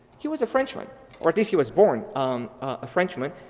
he was a frenchman or at least he was born um a frenchman,